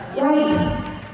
right